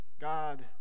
God